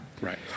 Right